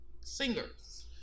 Singers